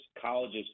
colleges